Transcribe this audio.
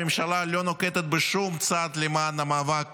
ובתקציב הזה הממשלה לא נוקטת בשום צעד למען המאבק